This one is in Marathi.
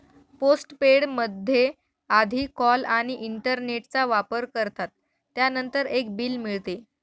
पोस्टपेड मध्ये आधी कॉल आणि इंटरनेटचा वापर करतात, त्यानंतर एक बिल मिळते